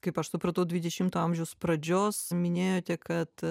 kaip aš supratau dvidešimto amžiaus pradžios minėjote kad